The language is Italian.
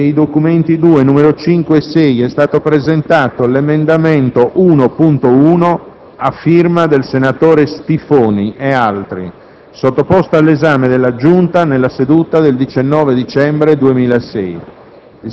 dei documenti II, nn. 5 e 6, é stato presentato l'emendamento 1.1, a firma del senatore Stiffoni e altri, sottoposto all'esame della Giunta nella seduta del 19 dicembre 2006.